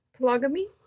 Polygamy